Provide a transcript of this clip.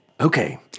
Okay